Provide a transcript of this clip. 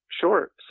Sure